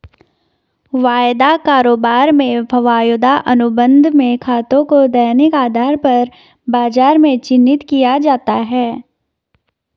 वायदा कारोबार में वायदा अनुबंध में खातों को दैनिक आधार पर बाजार में चिन्हित किया जाता है